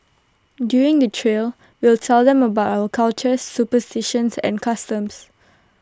during the trail we'll tell them about our cultures superstitions and customs